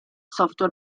software